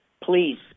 please